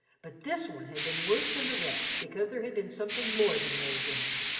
but this one had been worse than the rest because there had been something more than rage in it.